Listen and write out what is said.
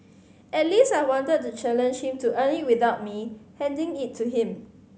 at least I wanted to challenge him to earn it without me handing it to him